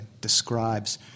describes